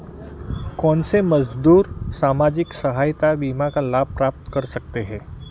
कौनसे मजदूर सामाजिक सहायता बीमा का लाभ प्राप्त कर सकते हैं?